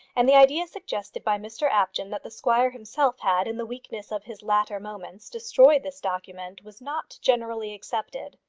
and the idea suggested by mr apjohn that the squire himself had, in the weakness of his latter moments, destroyed this document, was not generally accepted.